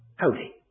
holy